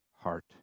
heart